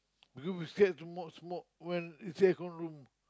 because we still have to not smoke when it's air con room